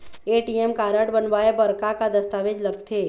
ATM card बनवाए बर का का दस्तावेज लगथे?